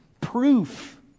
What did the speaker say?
proof